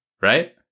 right